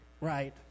Right